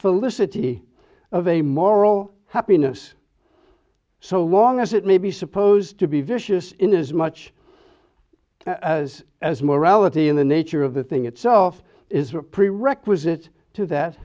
felicity of a moral happiness so long as it may be supposed to be vicious in as much as as morality in the nature of the thing itself is a prerequisite to that